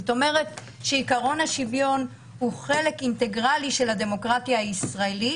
עקרון השוויון הוא חלק אינטגרלי מהדמוקרטיה הישראלית.